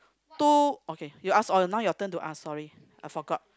two okay you ask oh now your turn to ask sorry I forgot